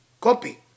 Copy